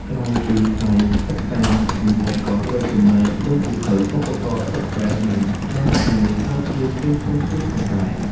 ក្រៅពីថ្លៃសិក្សា និស្សិតក៏ត្រូវចំណាយលើសៀវភៅ ឧបករណ៍សិក្សា និងការងារស្រាវជ្រាវផ្សេងៗទៀតផងដែរ។